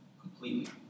completely